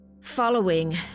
following